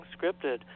scripted